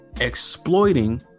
exploiting